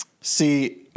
See